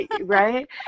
Right